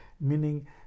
Meaning